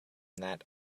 that